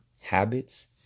habits